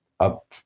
Up